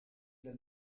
dal